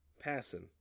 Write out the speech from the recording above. passing